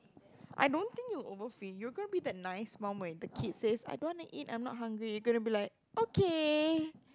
I don't think you'll overfeed you are going to be that nice mum when the kids says I don't want to eat I'm not hungry you are going to be like okay